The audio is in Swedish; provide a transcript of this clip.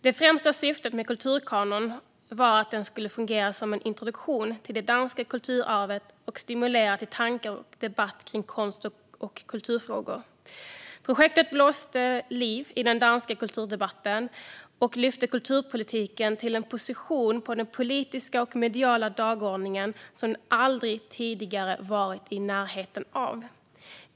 Det främsta syftet med kulturkanonen var att den skulle fungera som en introduktion till det danska kulturarvet och stimulera till tankar och debatt kring konst och kulturfrågor. Projektet blåste liv i den danska kulturdebatten och lyfte kulturpolitiken till en position på den politiska och mediala dagordningen som den aldrig tidigare varit i närheten av.